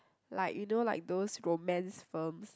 like you know like those romance films